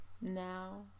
Now